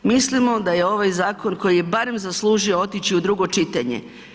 Mislimo da je ovaj zakon koji je barem zaslužio otići u drugo čitanje.